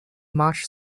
much